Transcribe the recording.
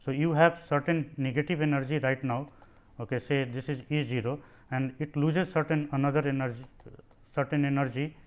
but you have certain negative energy right now ok say this is e zero and it looses certain another energy certain energy.